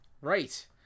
Right